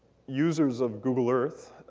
users of google earth